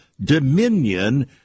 dominion